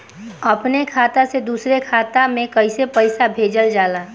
अपने खाता से दूसरे के खाता में कईसे पैसा भेजल जाला?